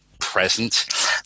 present